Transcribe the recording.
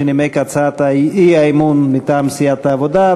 שנימק את הצעת האי-אמון מטעם סיעת העבודה,